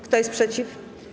Kto jest przeciw?